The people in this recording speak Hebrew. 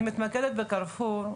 אני מתמקדת ב'קרפור',